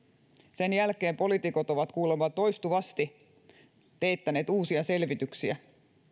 sen jälkeen poliitikot ovat kuulemma toistuvasti teettäneet uusia selvityksiä